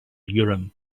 urim